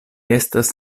estas